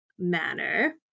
Manner